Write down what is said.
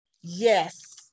Yes